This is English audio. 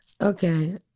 Okay